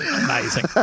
Amazing